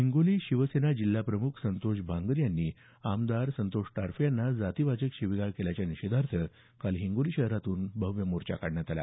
हिंगोली शिवसेना जिल्हा प्रमुख संतोष बांगर यांनी आमदार संतोष टारफे यांना जातीवाचक शिवीगाळ केल्याच्या निषेधार्थ काल हिंगोली शहरातून भव्य मोर्चा काढण्यात आला